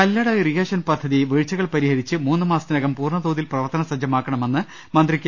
Kallada irrigation പദ്ധതി വീഴ്ചകൾ പരിഹരിച്ച് മൂന്നുമാ സത്തിനകം പൂർണ്ണതോതിൽ പ്രവർത്തന സജ്ജമാക്കണ മെന്ന് മന്ത്രി കെ